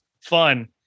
fun